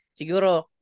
Siguro